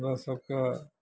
हमरा सबके